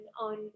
on